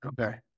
Okay